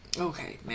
Okay